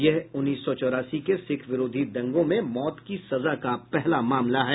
यह उन्नीस सौ चौरासी के सिख विरोधी दंगों में मौत की सजा का पहला मामला है